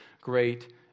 great